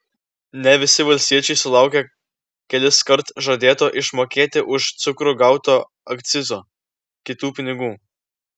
ne visi valstiečiai sulaukė keliskart žadėto išmokėti už cukrų gauto akcizo kitų pinigų